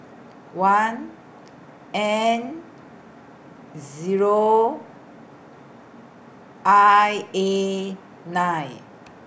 one N Zero I A nine